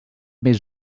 més